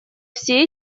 все